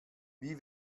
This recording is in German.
wie